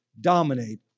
dominate